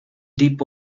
deep